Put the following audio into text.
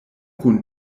kun